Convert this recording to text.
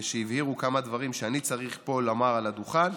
שמבהיר כמה דברים שאני צריך לומר פה מעל הדוכן.